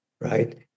right